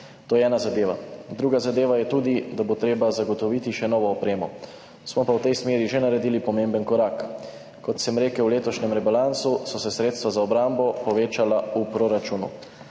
To je ena zadeva. Druga zadeva je tudi, da bo treba zagotoviti še novo opremo. Smo pa v tej smeri že naredili pomemben korak. Kot sem rekel, v letošnjem rebalansu so se sredstva za obrambo povečala. V proračunu